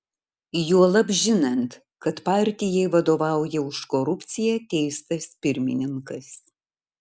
juolab žinant kad partijai vadovauja už korupciją teistas pirmininkas